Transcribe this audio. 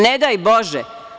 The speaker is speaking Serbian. Ne daj bože.